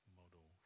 model